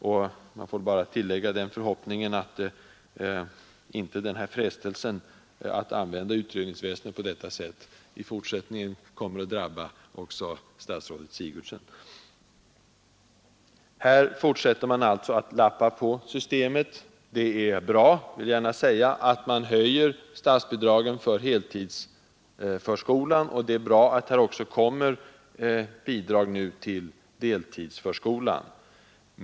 Får jag bara tillägga den förhoppningen att frestelsen att använda utredningsväsendet på detta sätt i fortsättningen inte kommer att drabba också statsrådet Sigurdsen. Här fortsätter man alltså att lappa på systemet. Det är bra, det vill jag gärna säga, att man höjer statsbidragen för heltidsförskolan, och det är bra att det också kommer bidrag till deltidsförskolan.